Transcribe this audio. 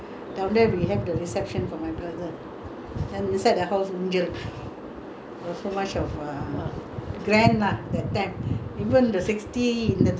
was so much of uh grand lah that time even the sixties nineteen sixties I think sixty or sixty one ya when he was there